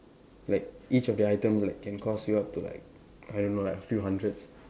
like each of their item like can cost you up to like I don't know like a few hundreds